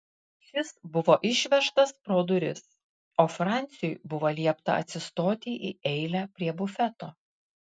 šis buvo išvežtas pro duris o franciui buvo liepta atsistoti į eilę prie bufeto